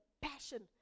passion